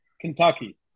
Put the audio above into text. Kentucky